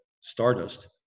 stardust